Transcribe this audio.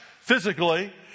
physically